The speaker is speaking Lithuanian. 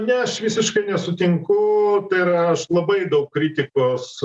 ne aš visiškai nesutinku tai yra aš labai daug kritikos